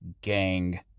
gang